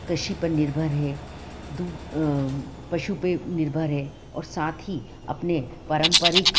कृषि पर निर्भर है तो पशु पर निर्भर है और साथ ही अपने पारम्पारिक